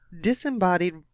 disembodied